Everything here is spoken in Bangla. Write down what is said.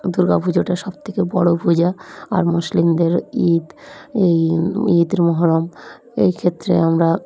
দুর্গা পুজোটা সবথেকে বড়ো পুজো আর মুসলিমদের ঈদ এই ঈদের মহরম এই ক্ষেত্রে আমরা